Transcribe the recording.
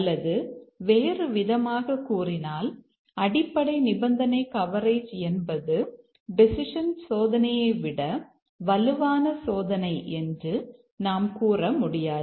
அல்லது வேறுவிதமாகக் கூறினால் அடிப்படை நிபந்தனை கவரேஜ் என்பது டெசிஷன் சோதனையை விட வலுவான சோதனை என்று நாம் கூற முடியாது